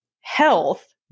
health